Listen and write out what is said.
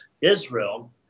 Israel